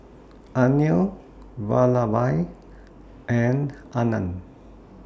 Anil Vallabhbhai and Anand